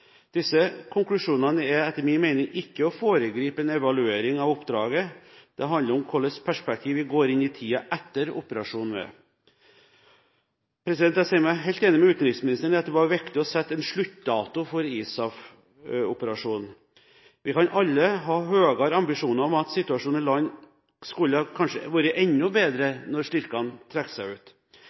Disse konklusjonene er etter min mening ikke å foregripe en evaluering av oppdraget; det handler om hvilket perspektiv vi går inn i tiden etter operasjonen med. Jeg sier meg helt enig med utenriksministeren i at det var viktig å sette en sluttdato for ISAF-operasjonen. Vi kan alle ha høyere ambisjoner om at situasjonen i landet kanskje skulle vært enda bedre når styrkene trekker seg ut.